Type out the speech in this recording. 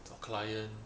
your client